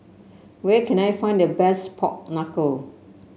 where can I find the best Pork Knuckle